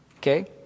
Okay